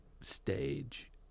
stage